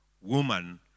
woman